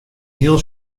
heel